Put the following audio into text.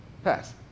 pass